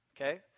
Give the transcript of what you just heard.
Okay